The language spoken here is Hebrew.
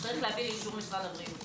יצטרך להביא לאישור ועדת הבריאות.